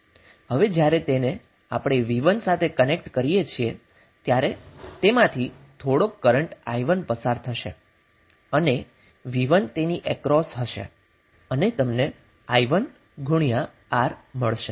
હવે જ્યારે તેને આપણે V1 સાથે કનેક્ટ કરીએ છીએ ત્યારે તેમાંથી થોડોક કરન્ટ i1 પસાર થશે અને V1 તેની અક્રોસ હશે અને તમને i1R મળશે